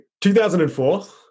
2004